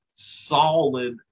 solid